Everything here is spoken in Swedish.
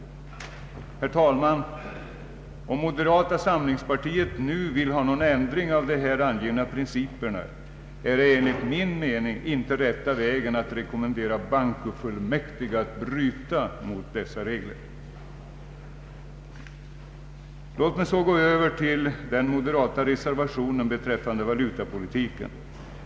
Herr talman! Om moderata samlingspartiet nu vill ha någon ändring av de här angivna principerna är det enligt min mening inte rätta vägen att rekommendera bankofullmäktige att bryta mot dem. Låt mig så gå över till den moderata reservationen beträffande valutapolitiken.